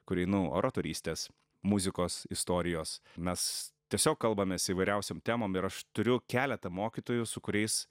kuri nu oratorystės muzikos istorijos mes tiesiog kalbamės įvairiausiom temom ir aš turiu keletą mokytojų su kuriais